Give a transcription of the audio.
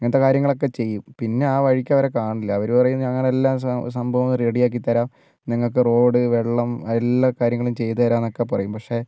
ഇങ്ങനത്തെ കാര്യങ്ങൾ ഒക്കെ ചെയ്യും പിന്നെ ആ വഴിക്ക് അവരെ കാണില്ല അവര് പറയും ഞങ്ങൾ എല്ലാ സംഭവവും റെഡി ആക്കിത്തരാം നിങ്ങൾക്ക് റോഡ് വെള്ളം എല്ലാ കാര്യം ചെയ്തു തരാം എന്നൊക്കെ പറയും പക്ഷെ